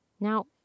Now